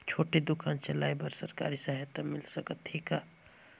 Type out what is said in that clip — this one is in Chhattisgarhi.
छोटे दुकान चलाय बर सरकारी सहायता मिल सकत हे का?